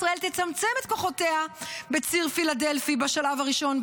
ישראל תצמצם את כוחותיה בציר פילדלפי בשלב הראשון,